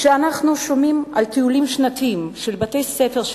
כשאנחנו שומעים על טיולים שנתיים של בתי-ספר,